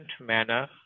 manner